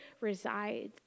resides